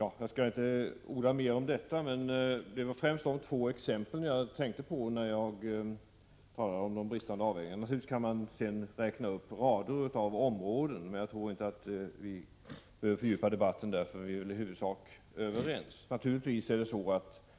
Jag skall inte orda mer om detta, men det var bl.a. dessa två exempel jag tänkte på när jag talade om bristande avvägningar. Man kan naturligtvis räkna upp rader av områden, men jag tror inte att vi behöver fördjupa debatten i det avseendet, för vi är väl i huvudsak överens.